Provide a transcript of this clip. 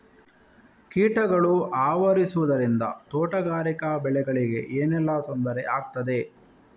ಕೀಟಗಳು ಆವರಿಸುದರಿಂದ ತೋಟಗಾರಿಕಾ ಬೆಳೆಗಳಿಗೆ ಏನೆಲ್ಲಾ ತೊಂದರೆ ಆಗ್ತದೆ?